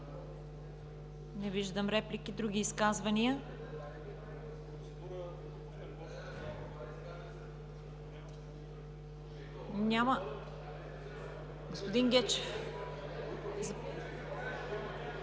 Не виждам. Други изказвания? Няма. Господин Гечев.